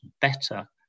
better